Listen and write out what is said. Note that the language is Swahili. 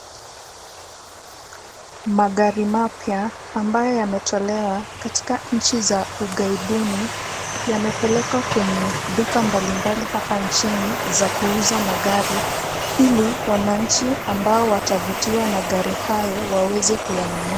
Magari mapya ambayo yametolewa katika nchi za ugaibuni yamepelekwa kwenye duka mbalimbali hapa nchini za kuuza magari ili wananchi ambao watavutiwa na gari hayo waweze kuyanunua.